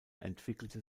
entwickelte